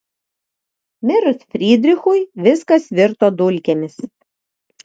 mirus frydrichui viskas virto dulkėmis